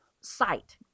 site